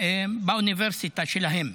באוניברסיטה שלהם.